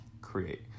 create